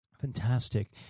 Fantastic